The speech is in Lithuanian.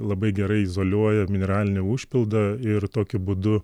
labai gerai izoliuoja mineralinį užpildą ir tokiu būdu